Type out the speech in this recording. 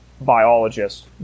biologists